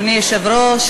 אדוני היושב-ראש,